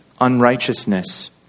unrighteousness